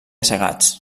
segats